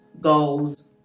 goals